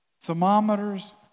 Thermometers